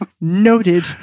Noted